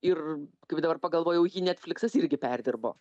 ir kaip dabar pagalvojau jį netfliksas irgi perdirbo